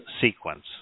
sequence